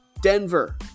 Denver